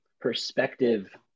perspective